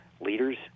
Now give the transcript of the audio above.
leaders